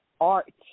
art